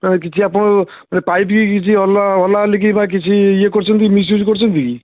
ତ କିଛି ଆପଣ ପାଇପ୍ କିଛି ହଲା ହଲାହଲି ବା କିଛି ଇଏ କରିଛନ୍ତି ମିସ୍ୟୁଜ୍ କରିଛନ୍ତି କି